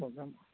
okay అమ్మ